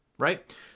right